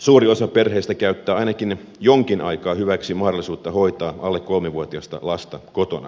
suuri osa perheistä käyttää ainakin jonkin aikaa hyväksi mahdollisuutta hoitaa alle kolmivuotiasta lasta kotona